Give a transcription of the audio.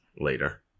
later